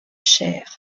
chair